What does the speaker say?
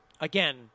again